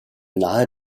nahe